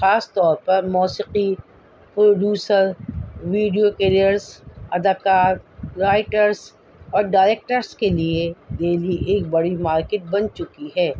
خاص طور پر موسیقی پروڈیوسر ویڈیو کیریئرس اداکار رائٹرس اور ڈائریکٹرس کے لیے دہلی ایک بڑی مارکیٹ بن چکی ہے